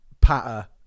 patter